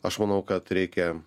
aš manau kad reikia